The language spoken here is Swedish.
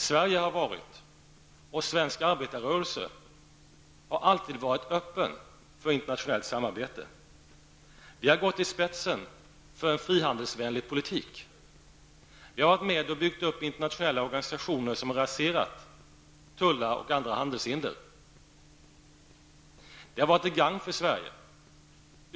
Sverige och svensk arbetarrörelse har alltid varit öppna för internationellt samarbete. Vi har gått i spetsen för en frihandelsvänlig politik. Vi har varit med och byggt upp internationella organisationer som raserat tullar och andra handelshinder. Detta har varit till gagn för Sverige.